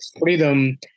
freedom